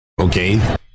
Okay